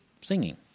singing